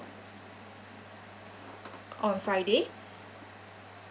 on friday